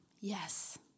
Yes